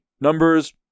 Numbers